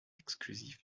exclusif